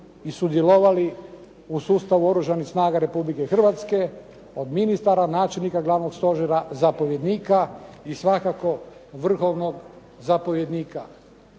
i sudjelovali u sustavu Oružanih snaga Republike Hrvatske od ministara, načelnika glavnog stožera, zapovjednika i svakako vrhovnog zapovjednika